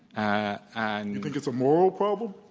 ah and you think it's a moral problem?